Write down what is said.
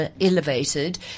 elevated